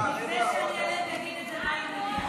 לפני שאני אעלה ואגיד את דבריי למליאה.